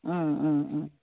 ওম ওম ওম